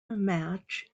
match